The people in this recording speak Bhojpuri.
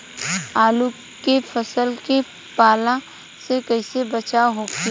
आलू के फसल के पाला से कइसे बचाव होखि?